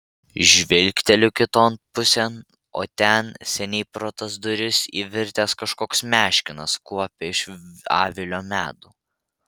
žvilgteliu kiton pusėn o ten seniai pro tas duris įvirtęs kažkoks meškinas kuopia iš avilio medų